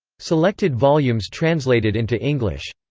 selected volumes translated into english.